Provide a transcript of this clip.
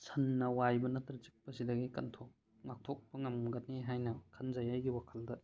ꯁꯟꯅ ꯋꯥꯏꯕ ꯅꯠꯇ꯭ꯔ ꯆꯤꯛꯄꯁꯤꯗꯒꯤ ꯀꯟꯊꯣꯛ ꯉꯥꯛꯊꯣꯛꯄ ꯉꯝꯒꯅꯤ ꯍꯥꯏꯅ ꯈꯟꯖꯩ ꯑꯩꯒꯤ ꯋꯥꯈꯜꯗ